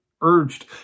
urged